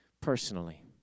personally